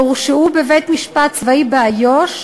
והמפגעים הורשעו בבית-משפט צבאי באיו"ש,